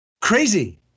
Crazy